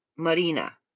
Marina